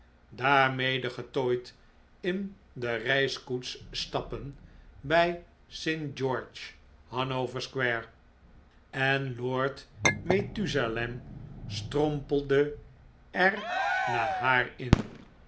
getooid in de reiskoets stappen bij st george's hannover square en lord methusalem strompelde er na haar in